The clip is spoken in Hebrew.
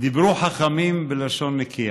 דיברו חכמים בלשון נקייה.